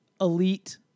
elite